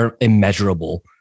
immeasurable